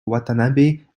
watanabe